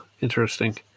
Interesting